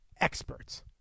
experts